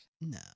No